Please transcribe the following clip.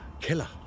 killer